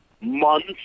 months